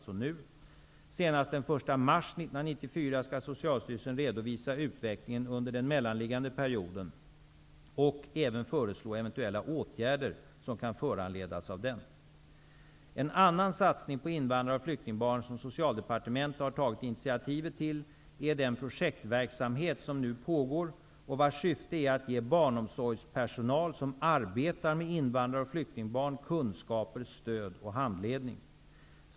Senast den 1 mars 1994 skall Socialstyrelsen redovisa utvecklingen under den mellanliggande perioden och även föreslå eventuella åtgärder som kan föranledas av den. En annan satsning på invandrar och flyktingbarn, som Socialdepartementet har tagit initiativet till, är den projektverksamhet som nu pågår och vars syfte är att ge barnomsorgspersonal som arbetar med invandraroch flyktingbarn kunskaper, stöd och handledning.